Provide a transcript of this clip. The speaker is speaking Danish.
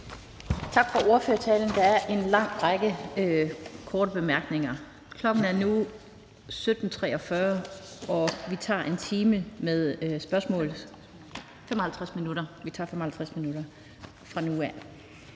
Tak for ordførertalen. Der er en lang række korte bemærkninger. Klokken er nu 17.43, og vi tager 55 minutter med spørgsmål fra nu af.